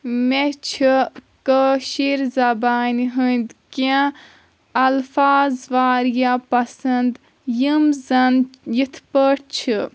مےٚ چھِ کٲشِر زَبانہِ ہٕنٛدۍ کیٚنٛہہ اَلفاظ واریاہ پَسنٛد یِم زَن یِتھ پٲٹھۍ چھِ